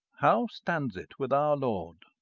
how stands it with our lord!